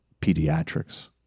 pediatrics